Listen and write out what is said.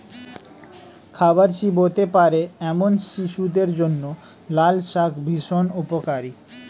খাবার চিবোতে পারে এমন শিশুদের জন্য লালশাক ভীষণ উপকারী